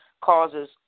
causes